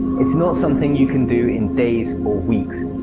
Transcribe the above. it's not something you can do in days or weeks.